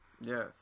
Yes